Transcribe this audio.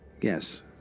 yes